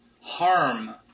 harm